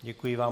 Děkuji vám.